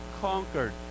conquered